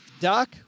Doc